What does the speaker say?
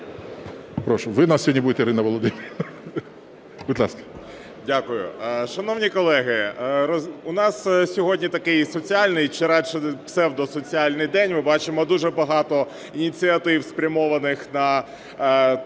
Дякую. Шановні колеги, у нас сьогодні такий соціальний чи радше псевдосоціальний день. Ми бачимо дуже багато ініціатив, спрямованих на